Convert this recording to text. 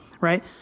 right